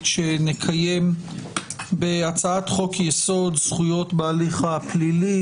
שנקיים בהצעת חוק-יסוד: זכויות בהליך הפלילי,